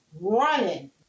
running